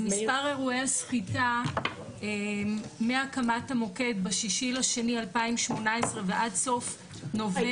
מספר אירועי הסחיטה מהקמת המוקד ב- 6.8.2018 ועד סוף נובמבר 21,